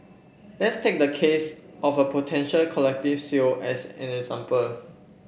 let's take the case of a potential collective sale as an example